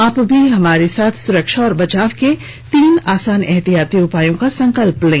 आप भी हमारे साथ सुरक्षा और बचाव के तीन आसान एहतियाती उपायों का संकल्प लें